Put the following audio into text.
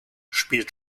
spielt